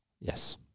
Yes